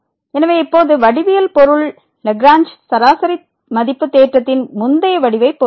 எனவே இப்போது வடிவியல் பொருள் லாக்ரேஞ்ச் சராசரி மதிப்பு தேற்றத்தின் முந்தைய முடிவைப் போன்றது